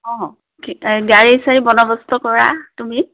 অঁ ঠিক গাড়ী চাড়ী বন্দবস্ত কৰা তুমি